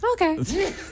Okay